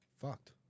Fucked